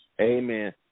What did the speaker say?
Amen